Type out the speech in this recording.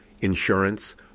insurance